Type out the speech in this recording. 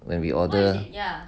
when we order